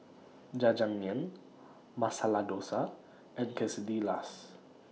Jajangmyeon Masala Dosa and Quesadillas